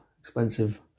expensive